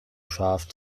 scharf